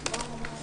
הישיבה ננעלה